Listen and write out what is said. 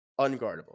unguardable